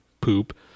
poop